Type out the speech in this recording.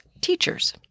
teachers